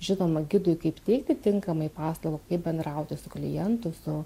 žinoma gidui kaip teikti tinkamai paslaugą kaip bendrauti su klientu su